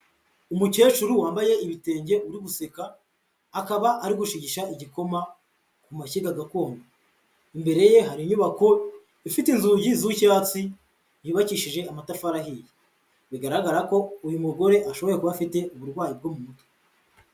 Umukecuru wambaye ibitenge uri guseka, akaba ari gushigisha igikoma ku mashyiga gakondo, imbere ye hari inyubako ifite inzugi z'icyatsi yubakishije amatafari ahiye, bigaragara ko uyu mugore ashobora kuba afite uburwayi bwo mu mutwe.